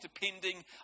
depending